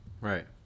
Right